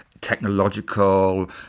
technological